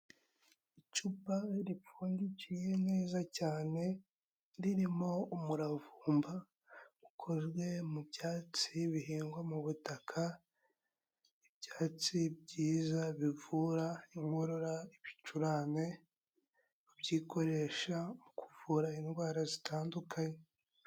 Icupa ripfundikiye neza cyane, ririmo umuravumba ukozwe mu byatsi bihingwa mu butaka, ibyatsi byiza bivura inkorora, ibicurane, byikoresha mu kuvura indwara zitandukanye.